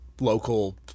local